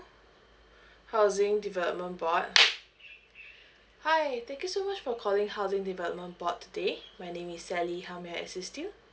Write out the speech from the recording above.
housing development board hi thank you so much for calling housing development board today my name is sally how may I assist you